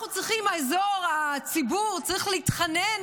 אנחנו צריכים, הציבור צריך להתחנן